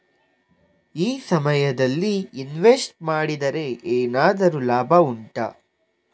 ಈ ಸಮಯದಲ್ಲಿ ಇನ್ವೆಸ್ಟ್ ಮಾಡಿದರೆ ಏನಾದರೂ ಲಾಭ ಉಂಟಾ